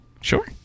Sure